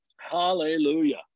Hallelujah